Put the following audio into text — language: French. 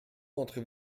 rentrez